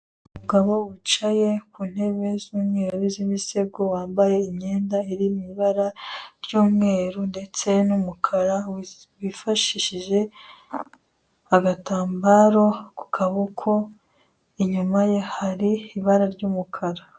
Umugabo wicaye ku ntebe z'umweru n'imisego wambaye imyenda iri mu ibara ry'umweru ndetse n'umukara, wifashishije agatambaro ku kaboko inyuma ye hari ibara ry'umukara.